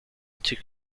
took